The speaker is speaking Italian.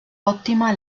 ottima